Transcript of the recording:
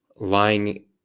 lying